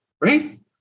right